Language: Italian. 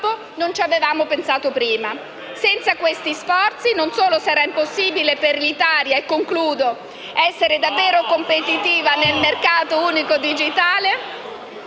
non ci avevamo pensato prima. Senza questi sforzi non solo sarà impossibile per l'Italia essere davvero competitiva nel mercato unico digitale,